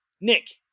Nick